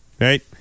right